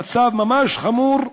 המצב ממש חמור.